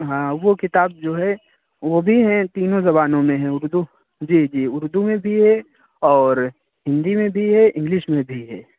ہاں وہ کتاب جو ہے وہ بھی ہے تینوں زبانوں میں ہے اردو جی جی اردو میں بھی ہے اور ہندی میں بھی ہے انگلش میں بھی ہے